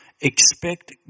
expect